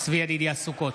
צבי ידידיה סוכות,